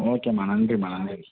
ஓகேமா நன்றிமா நன்றி